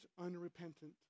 unrepentant